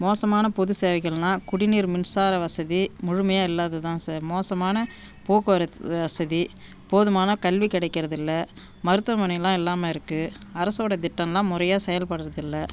மோசமான பொது சேவைகள்னா குடிநீர் மின்சார வசதி முழுமையா இல்லாதது தான் சார் மோசமான போக்குவரத்து வசதி போதுமான கல்வி கிடைக்கிறதில்ல மருத்துவமனைலாம் இல்லாமல் இருக்கு அரசோட திட்டம்லாம் முறையா செயல்படுறதில்ல